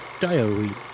diary